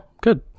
good